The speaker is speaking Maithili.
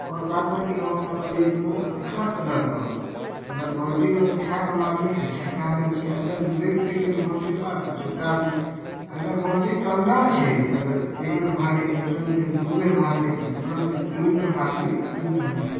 आओर बाद बाकी ऑफमे लेगमे हर तरहके अगर बाउण्ड्रीमे उठाकऽ मारलियै तऽ छक्का होइ छै अगर गुरकिकऽ गेल बाउण्ड्री पार तऽ चौका भेलै अगर बाउण्ड्रीके अन्दर छै अगर एकबेर भागलियै तऽ एक रन भेल दू बेर भागलियै तऽ दू रन भेल तीन बेर भागलियै तऽ तीन रन भेल